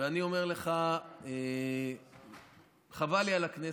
ואני אומר לך, חבל לי על הכנסת,